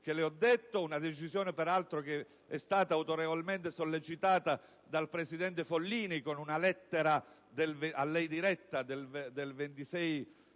che le ho detto. Una decisione che, peraltro, è stata autorevolmente sollecitata dal presidente Follini con una lettera a lei diretta del 26